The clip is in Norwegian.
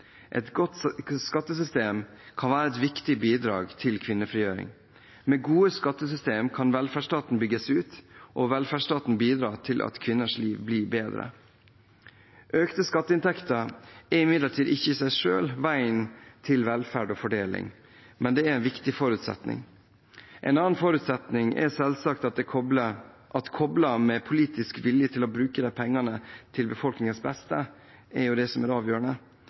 Et godt skattesystem kan være et viktig bidrag til kvinnefrigjøring. Med gode skattesystem kan velferdsstaten bygges ut – og velferdsstaten bidrar til at kvinners liv blir bedre. Økte skatteinntekter er imidlertid ikke i seg selv veien til velferd og fordeling. Men det er en viktig forutsetning. En annen forutsetning er selvsagt at det er koblet med politisk vilje til å bruke disse pengene til befolkningens beste. Dette siste er